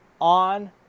on